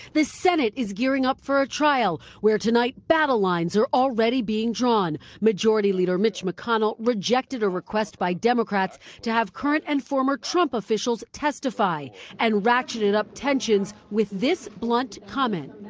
the senate is gearing up for a trial where tonight battle lines are already being drawn. majority leader mitch mcconnell rejected a request by democrats to have current and former trump officials testify and ratcheted up tensions with this blunt comment.